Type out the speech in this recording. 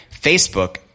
Facebook